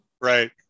Right